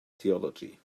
theology